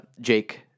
Jake